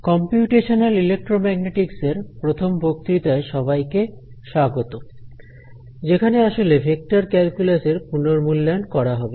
computational electromagnetics এর প্রথম বক্তৃতায় সবাইকে স্বাগত যেখানে আসলে ভেক্টর ক্যালকুলাস এর পুনর্মূল্যায়ন করা হবে